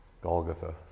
Golgotha